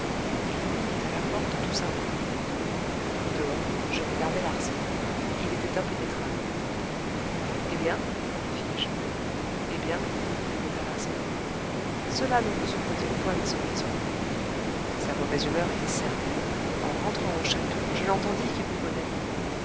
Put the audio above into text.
et il nous mit à la porte tout simplement dehors je regardai larsan il était impénétrable eh bien fis-je eh bien répéta larsan cela ne vous ouvre-t-il point des horizons sa mauvaise humeur était certaine en rentrant au château je l'entendis qui bougonnait